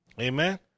Amen